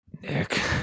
Nick